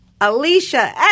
Alicia